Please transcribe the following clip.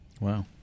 Wow